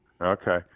Okay